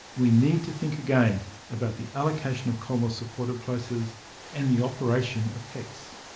we need to think again about the allocation of commonwealth-supported places and the operation of hecs.